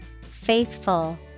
FAITHFUL